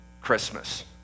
Christmas